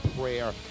prayer